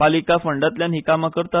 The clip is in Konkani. पालिका फंडांतल्यान हीं कामां करतात